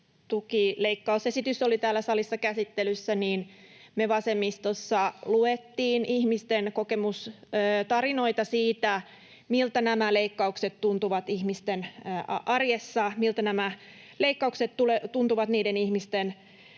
asumistukileikkausesitys oli täällä salissa käsittelyssä, me vasemmistossa luettiin ihmisten tarinoita siitä, miltä nämä leikkaukset tuntuvat ihmisten arjessa, miltä nämä leikkaukset tuntuvat niiden ihmisten elämän